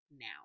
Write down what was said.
now